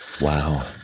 Wow